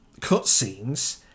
cutscenes